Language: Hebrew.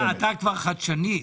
אתה כבר חדשני.